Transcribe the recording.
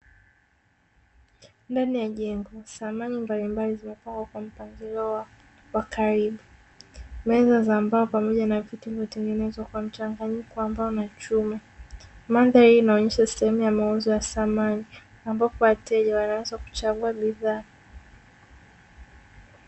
Ndani ya jengo, samani mbalimbali zimepangwa kwa mpangilio wa karibu, meza za mbao pamoja na vitu vya kutengeneza kwa mchanganyiko wa mbao na chuma, hii inaonyesha sehemu ya mauzo ya samani ambapo wateja wanaweza kuchagua bidhaa